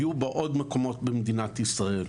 יהיו בעוד מקומות במדינת ישראל.